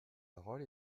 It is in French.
parole